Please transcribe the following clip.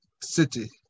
city